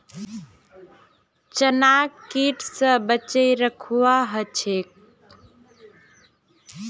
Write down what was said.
चनाक कीट स बचई रखवा ह छेक